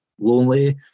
lonely